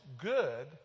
good